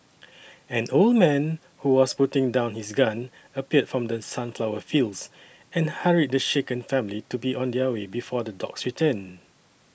an old man who was putting down his gun appeared from the sunflower fields and hurried the shaken family to be on their way before the dogs return